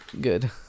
good